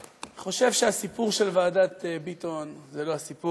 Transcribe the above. אני חושב שהסיפור של ועדת ביטון זה לא הסיפור.